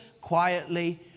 quietly